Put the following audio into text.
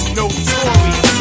notorious